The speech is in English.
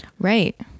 Right